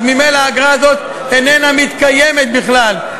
אז ממילא האגרה הזאת איננה מתקיימת בכלל,